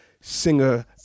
singer